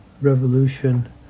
revolution